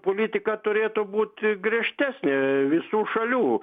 politika turėtų būti griežtesnė visų šalių